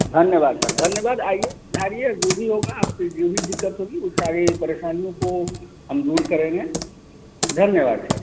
धन्यवाद सर धन्यवाद आइए पधारिए जो भी होगा आपकी जो भी दिक़्क़त होगी वो सारी परेशानियों को हम दूर करेंगे धन्यवाद सर